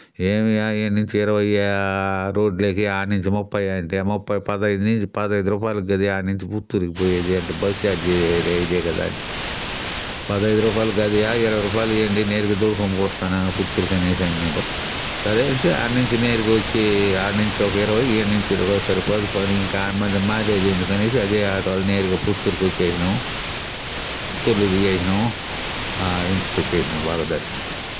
ఏమియా ఈడ నుంచి ఇరవైయా ఆ రోడ్ లోకి అడనుంచి ముప్పై అంటే ముప్పై పదహైదు నుంచి పదహైదు రూపాయలు కదా అడ నుంచి పుత్తూరు పోయేది అంటే బస్ చార్జి ఇదే కదా అంటే పదహైదు రూపాయలు కాదుయా ఇరవై రూపాయలు ఇవ్వండి నేరుగా తోడుకొని పోయొస్తాను పుత్తూరుకి అనేసి అన్నాడు సరే అనేసి ఆడనుంచి నేరుగా వచ్చి ఆడనుంచి ఒక ఇరవై ఈడ నుంచి ఇరవై సరే పోతే పోనీ ఇంకా మారేది ఎందుకనేసి అదే ఆటోలో నేరుగా పుత్తూరుకి వచ్చేసినాము పుత్తూరులో దిగేసినాము ఇంటికి వచ్చేసినాము బాగా దర్శనం అయిపోయి